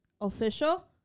official